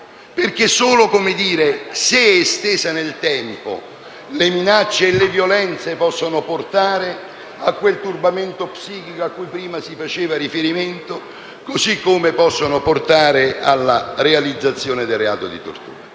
perché solo se estese nel tempo le minacce e le violenze possono portare a quel turbamento psichico a cui prima si faceva riferimento, così come possono portare alla realizzazione del reato di tortura.